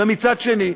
ומצד שני,